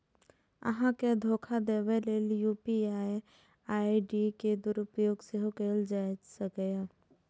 अहां के धोखा देबा लेल यू.पी.आई आई.डी के दुरुपयोग सेहो कैल जा सकैए